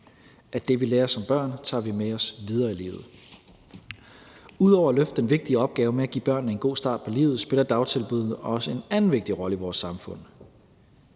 at det, vi lærer som børn, tager vi med os videre i livet. Ud over at løfte den vigtige opgave med at give børnene en god start på livet, spiller dagtilbuddene også en anden vigtig rolle i vores samfund.